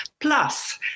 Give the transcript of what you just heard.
plus